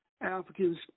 Africans